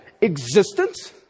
Existence